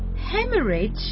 Hemorrhage